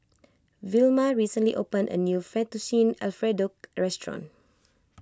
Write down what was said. Vilma recently opened a new Fettuccine Alfredo restaurant